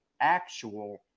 actual